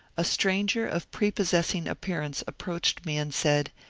a stranger of prepossessing appearance approached me and said,